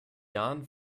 jahren